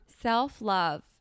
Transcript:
Self-love